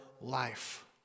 life